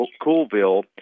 Coolville